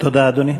תודה, אדוני.